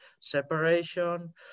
separation